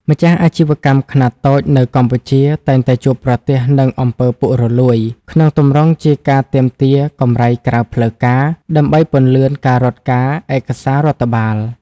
ម្ចាស់អាជីវកម្មខ្នាតតូចនៅកម្ពុជា តែងតែជួបប្រទះនឹង អំពើពុករលួយ ក្នុងទម្រង់ជាការទាមទារកម្រៃក្រៅផ្លូវការ ដើម្បីពន្លឿនការរត់ការឯកសាររដ្ឋបាល។